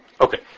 Okay